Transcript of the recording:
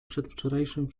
przedwczorajszym